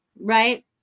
right